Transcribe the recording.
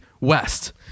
West